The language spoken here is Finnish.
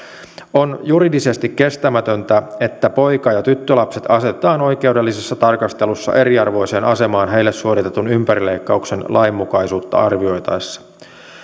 on juridisesti kestämätöntä että poika ja tyttölapset asetetaan oikeudellisessa tarkastelussa eriarvoiseen asemaan heille suoritetun ympärileikkauksen lainmukaisuutta arvioitaessa